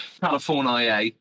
California